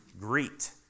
greet